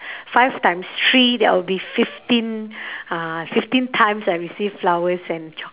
five times three that will be fifteen uh fifteen times I received flowers and choc~